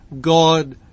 God